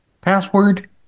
Password